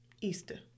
Easter